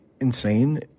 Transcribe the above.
insane